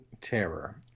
terror